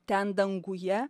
ten danguje